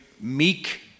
meek